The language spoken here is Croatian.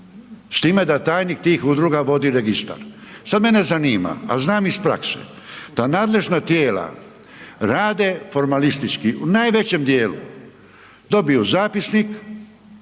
s time da tajnik tih udruga vodi registar. Sad mene zanima, a znam iz prakse da nadležna tijela rade formalistički u najvećem dijelu, dobiju zapisnik